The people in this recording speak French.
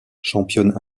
championne